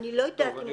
אני לא יודעת.